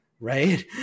Right